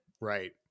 Right